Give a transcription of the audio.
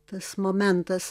tas momentas